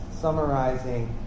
summarizing